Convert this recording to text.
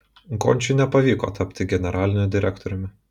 gončiui nepavyko tapti generaliniu direktoriumi